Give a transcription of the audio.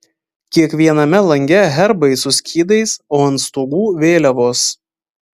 kiekviename lange herbai su skydais o ant stogų vėliavos